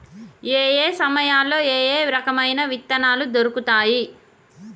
ఏయే సమయాల్లో ఏయే రకమైన విత్తనాలు దొరుకుతాయి?